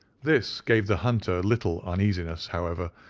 this gave the hunter little uneasiness, however,